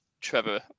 Trevor